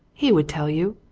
he would tell you!